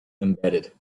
embedded